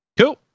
Cool